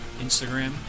Instagram